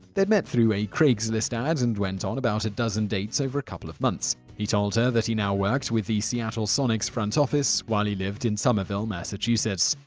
they'd met through a craigslist ad and went on about a dozen dates over a couple months. he told her that he now worked with the seattle sonics front office while he lived in somerville, massachusetts.